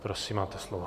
Prosím, máte slovo.